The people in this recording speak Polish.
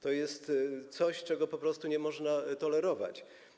To jest coś, czego po prostu nie można tolerować.